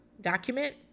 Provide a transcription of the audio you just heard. document